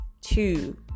two